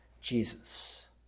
Jesus